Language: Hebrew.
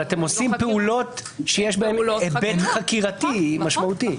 אבל אתם עושים פעולות שיש בהם היבט חקירתי משמעותי.